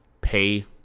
Pay